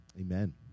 amen